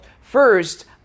First